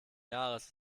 jahres